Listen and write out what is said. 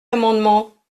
l’amendement